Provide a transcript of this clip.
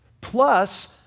plus